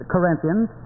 Corinthians